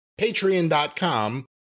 patreon.com